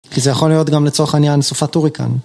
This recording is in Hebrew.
כי זה יכול להיות גם לצורך העניין סופת הוריקן.